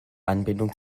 anbindung